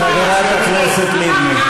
חברת הכנסת לבני.